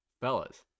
fellas